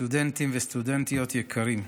סטודנטים וסטודנטיות יקרים,